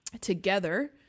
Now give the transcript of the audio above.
together